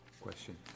Question